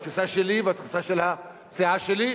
בתפיסה שלי ובתפיסה של הסיעה שלי,